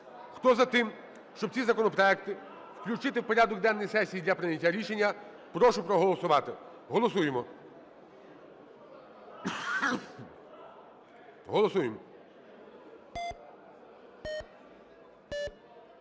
Хто за те, щоб ці законопроекти включити в порядок денний сесії для прийняття рішення, прошу проголосувати. Голосуємо,